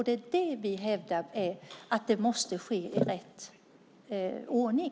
Det är det som vi hävdar måste ske i rätt ordning.